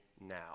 now